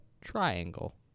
Triangle